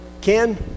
Ken